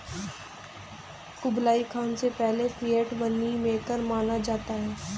Kublai Khan को पहले fiat money maker माना जाता है